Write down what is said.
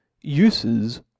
uses